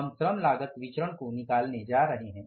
हम श्रम लागत विचरण को निकालने जा रहे हैं